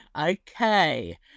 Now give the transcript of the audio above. Okay